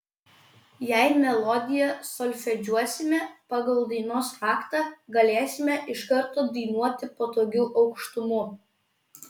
jei melodiją solfedžiuosime pagal dainos raktą galėsime iš karto dainuoti patogiu aukštumu